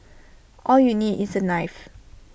all you need is A knife